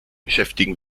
beschäftigen